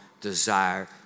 desire